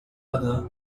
other